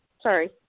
sorry